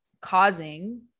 causing